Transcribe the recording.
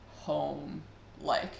home-like